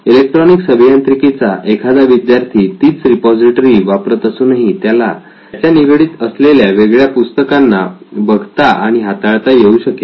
electronics अभियांत्रिकीचा एखादा विद्यार्थी तीच रिपॉझिटरी वापरत असूनही त्याला त्याच्या निगडीत असलेल्या वेगळ्या पुस्तकांना बघता आणि हाताळता येऊ शकेल